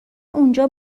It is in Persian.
اونجا